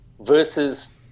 Versus